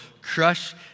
crush